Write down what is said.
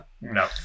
No